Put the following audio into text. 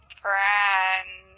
friend